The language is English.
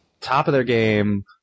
top-of-their-game